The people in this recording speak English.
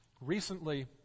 Recently